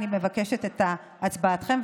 אני מבקשת את הצבעתכם.